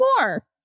more